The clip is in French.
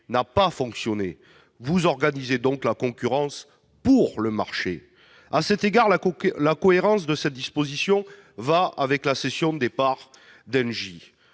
n'a pas fonctionné. Vous organisez donc la concurrence pour le marché ! À cet égard, la cohérence de cette disposition va avec la cession des parts d'Engie.